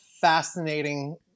fascinating